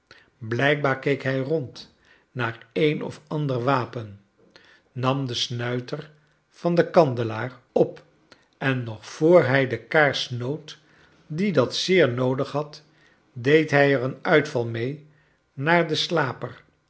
blijkbaar keek hij rond naar een of ander wapen f nam den snuiter van den kandelaar op en nog voor hij de kaars snoot die dat zeer noodig had deed hij er een uitval mee naar den slaper